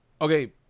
Okay